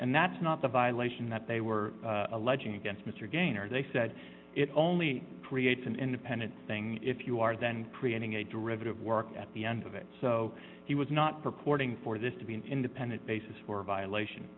and that's not the violation that they were alleging against mr gainer they said it only creates an independent thing if you are then creating a derivative work at the end of it so he was not purporting for this to be an independent basis for violation